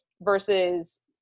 versus